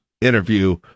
interview